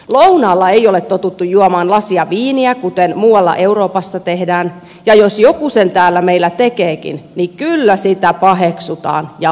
lounaalla ei ole totuttu juomaan lasia viiniä kuten muualla euroopassa tehdään ja jos joku sen täällä meillä tekeekin niin kyllä sitä paheksutaan ja paljon